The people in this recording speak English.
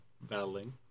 battling